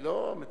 היא לא מדיניות